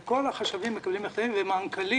כל החשבים מקבלים מכתבים וכל מנכ"לי